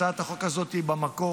הצעת החוק הזאת היא במקום.